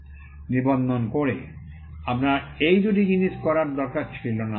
trade mark নিবন্ধন করে আপনার এই দুটি জিনিস করার দরকার ছিল না